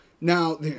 Now